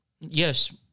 yes